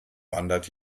wandert